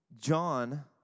John